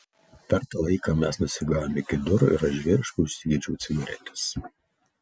per tą laiką mes nusigavome iki durų ir aš žvėriškai užsigeidžiau cigaretės